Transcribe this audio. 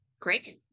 great